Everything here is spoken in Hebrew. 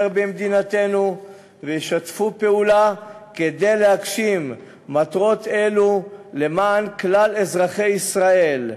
במדינתנו וישתפו פעולה כדי להגשים מטרות אלו למען כלל אזרחי ישראל.